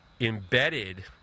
embedded